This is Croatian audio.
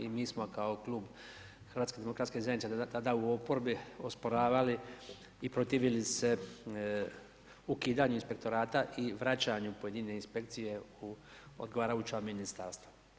I mi smo kao klub HDZ-a tada u oporbi osporavali i protivili se ukidanju inspektorata i vraćanju pojedine inspekcije u odgovarajuća ministarstva.